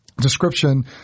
description